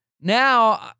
Now